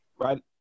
Right